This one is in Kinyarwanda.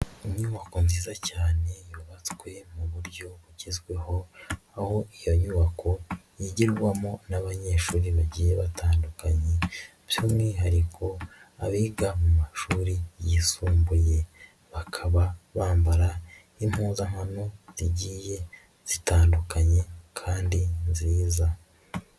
Inyubakoko nziza cyane yubatswe mu buryo bugezweho, aho iyo nyubako yigirwamo n'abanyeshuri bagiye batandukanye by'umwihariko abiga mu mashuri yisumbuye, bakaba bambara imuzankano zigiye zitandukanye kandi nziza.